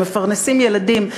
מפרנסים ילדים,